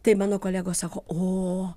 tai mano kolegos sako o